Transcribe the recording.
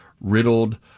riddled